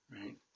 right